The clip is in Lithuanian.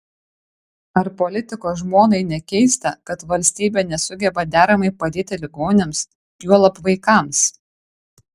ar politiko žmonai nekeista kad valstybė nesugeba deramai padėti ligoniams juolab vaikams